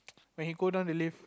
when he go down the life